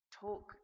talk